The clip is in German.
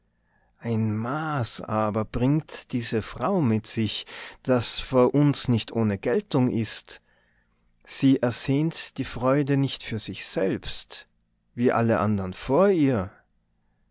ein maß aber bringt diese frau mit sich das vor uns nicht ohne geltung ist sie ersehnt die freude nicht für sich selbst wie alle andern vor ihr